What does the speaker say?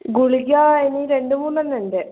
ഗുളിക ഇനി രണ്ടുമൂന്നെണ്ണം ഉണ്ട്